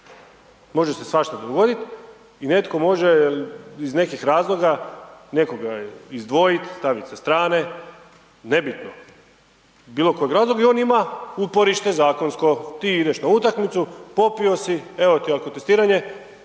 Može se svašta dogoditi i netko može iz nekih razloga nekoga izdvojiti, staviti sa strane, nebitno. Iz bilo kojeg razloga i on ima uporište zakonsko. Ti ideš na utakmicu, popio si, evo ti alkotestiranje,